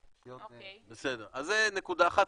אז זו נקודה אחת,